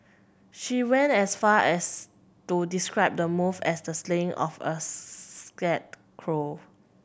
she went as far as to describe the move as the slaying of a sacred cow